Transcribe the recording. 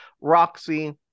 Roxy